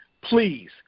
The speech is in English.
please